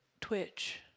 Twitch